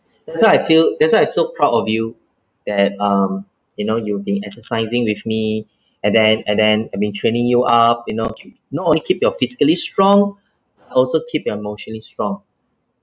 that's why I feel that's why I'm so proud of you that um you know you've been exercising with me and then and then I been training you up you know not only keep your physically strong but also keep your emotionally strong